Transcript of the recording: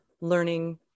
learning